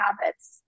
habits